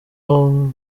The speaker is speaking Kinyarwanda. all